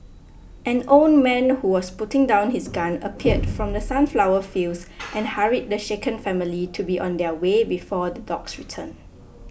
an old man who was putting down his gun appeared from the sunflower fields and hurried the shaken family to be on their way before the dogs return